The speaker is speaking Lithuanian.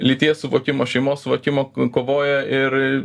lyties suvokimo šeimos suvokimo kovoja ir